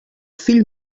fill